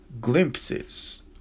glimpses